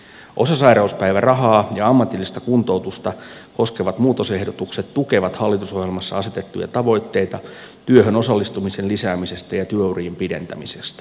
osasairauspäivärahaa ja ammatillista kuntoutusta koskevat muutosehdotukset tukevat hallitusohjelmassa asetettuja tavoitteita työhön osallistumisen lisäämisestä ja työurien pidentämisestä